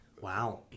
Wow